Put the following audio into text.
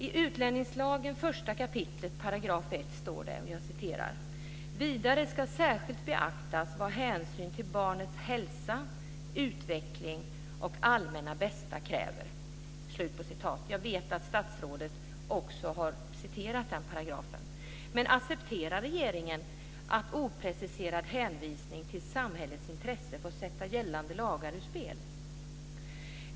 I utlänningslagen 1 kap. 1 § står det: "I fall som rör ett barn skall särskilt beaktas vad hänsynen till barnets hälsa och utveckling samt barnets bästa i övrigt kräver." Jag vet att statsrådet också har citerat den paragrafen. Accepterar regeringen att en opreciserad hänvisning till samhällets intresse får sätta gällande lagar ur spel?